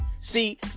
See